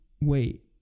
wait